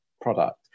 product